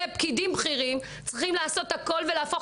כפקידים בכירים צריכים לעשות הכל ולהפוך